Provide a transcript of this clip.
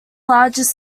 largest